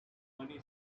money